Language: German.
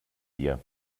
dir